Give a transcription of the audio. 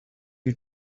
you